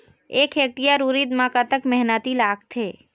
एक हेक्टेयर उरीद म कतक मेहनती लागथे?